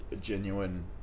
genuine